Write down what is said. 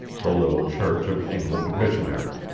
the little church of england missionary,